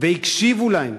והקשיבו להם.